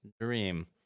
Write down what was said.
Dream